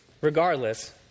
Regardless